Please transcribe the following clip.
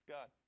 God